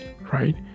right